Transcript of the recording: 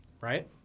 right